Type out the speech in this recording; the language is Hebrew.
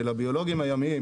של הביולוגים הימיים,